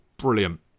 brilliant